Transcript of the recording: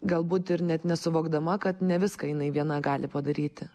galbūt ir net nesuvokdama kad ne viską jinai viena gali padaryti